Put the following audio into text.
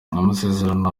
amasezerano